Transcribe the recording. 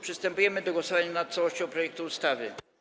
Przystępujemy do głosowania nad całością projektu ustawy.